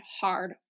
hard